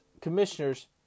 commissioners